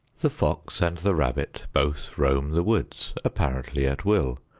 the fox and the rabbit both roam the woods, apparently at will,